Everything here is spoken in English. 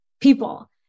people